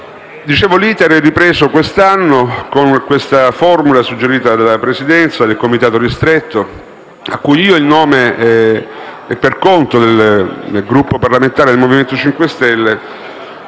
L'*iter* è ripreso questo anno con questa formula suggerita dalla Presidenza del Comitato ristretto, cui io, in nome e per conto del Gruppo parlamentare Movimento 5 Stelle,